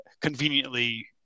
conveniently